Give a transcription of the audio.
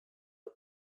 are